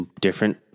different